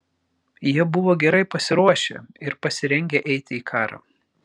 jie buvo gerai pasiruošę ir pasirengę eiti į karą